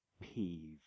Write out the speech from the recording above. peeve